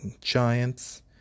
Giants